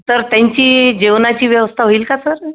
तर त्यांची जेवणाची व्यवस्था होईल का सर